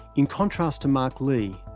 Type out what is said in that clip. in contrast to mark lee,